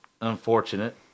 unfortunate